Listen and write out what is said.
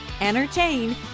entertain